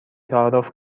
تعارف